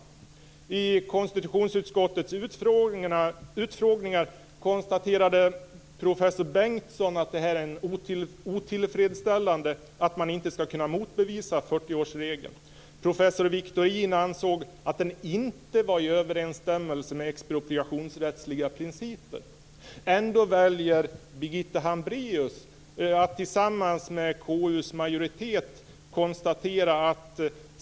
Vid konstitutionsutskottets utfrågningar konstaterade professor Bertil Bengtsson att det är otillfredsställande att inte kunna motbevisa 40-årsregeln. Professor Anders Victorin ansåg att den inte var i överensstämmelse med expropriationsrättsliga principer. Ändå väljer Birgitta Hambraeus att ansluta sig till majoriteten i KU.